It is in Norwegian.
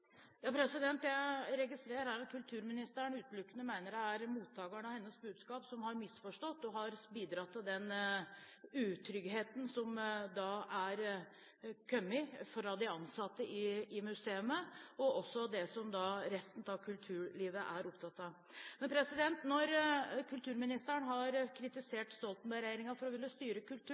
registrerer her at kulturministeren mener at det utelukkende er mottakeren av hennes budskap som har misforstått og bidratt til den utryggheten som er kommet fra de ansatte i museene, og som også resten av kulturlivet er opptatt av. Når kulturministeren har kritisert Stoltenberg-regjeringen for å ville styre